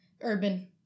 urban